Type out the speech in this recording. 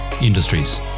industries